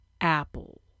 Apple